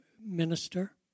minister